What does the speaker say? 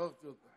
שכחתי אותך.